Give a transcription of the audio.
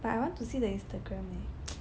but I want to see the Instagram leh